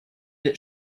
that